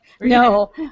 No